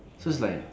so is like